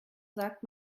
sagt